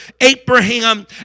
Abraham